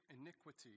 iniquity